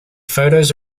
photos